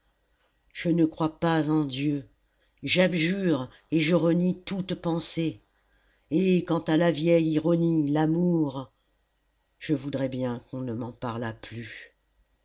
je ne crois pas en dieu j'abjure et je renie toute pensée et quant à la vieille ironie l'amour je voudrais bien qu'on ne m'en parlât plus